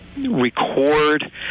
record